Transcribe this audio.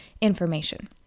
information